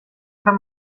kann